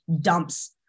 dumps